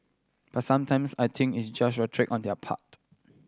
but sometimes I think it's just on their part